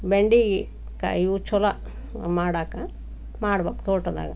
ಬೆಂಡೆ ಕಾಯಿ ಇವು ಛಲೋ ಮಾಡೋಕೆ ಮಾಡ್ಬೇಕ್ ತೋಟದಾಗ